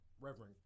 reverend